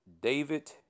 David